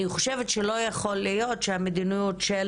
אני חושבת שלא יכול להיות שהמדיניות של